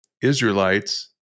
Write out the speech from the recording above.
Israelites